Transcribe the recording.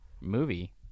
movie